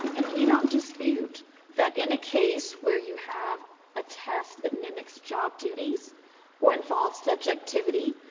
um and we don't dispute that in a case where you have a test that mimics job duties or involves subjectivity,